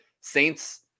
Saints